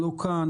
לא כאן,